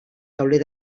tauler